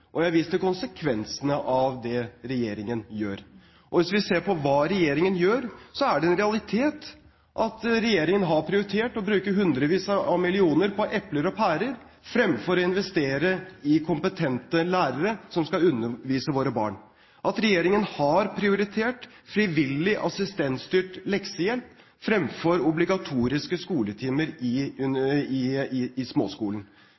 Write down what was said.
og jeg har vist til konsekvensene av det regjeringen gjør. Hvis vi ser på hva regjeringen gjør, er det en realitet at regjeringen har prioritert å bruke hundrevis av millioner på epler og pærer fremfor å investere i kompetente lærere som skal undervise våre barn, og at regjeringen har prioritert frivillig, assistentstyrt leksehjelp fremfor obligatoriske skoletimer i